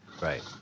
Right